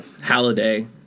Halliday